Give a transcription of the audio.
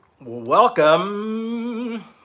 welcome